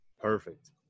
Perfect